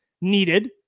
needed